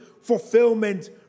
fulfillment